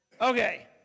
Okay